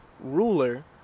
ruler